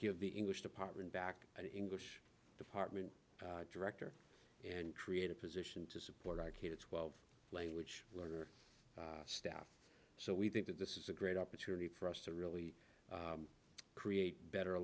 give the english department back an english department director and create a position to support our kids twelve language learner staff so we think that this is a great opportunity for us to really create better